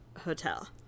Hotel